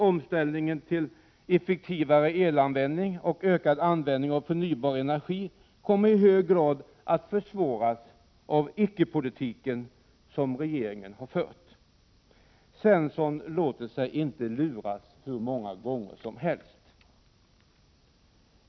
Omställningen till effektivare elanvändning och ökad användning av förnybar energi kommer i hög grad att försvåras av den icke-politik som regeringen har fört. Svensson låter sig inte luras hur många gånger som helst.